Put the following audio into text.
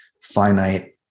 finite